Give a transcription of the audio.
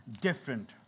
different